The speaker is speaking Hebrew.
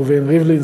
ראובן ריבלין,